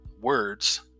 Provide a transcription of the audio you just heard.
words